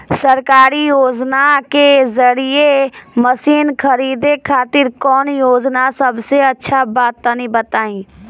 सरकारी योजना के जरिए मशीन खरीदे खातिर कौन योजना सबसे अच्छा बा तनि बताई?